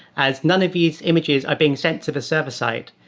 as none of these images are being sent to the server site.